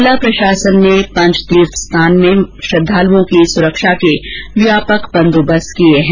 जिला प्रशासन ने पंचतीर्थ स्नान में श्रद्वालुओं की सुरक्षा के व्यापक बंदोबस्त किए हैं